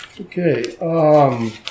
Okay